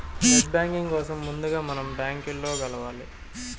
net banking కోసం ముందుగా మనం బ్యాంకులో కలవాలి